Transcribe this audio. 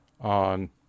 on